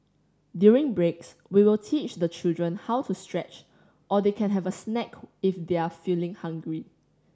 during breaks we will teach the children how to stretch or they can have a snack if they're feeling hungry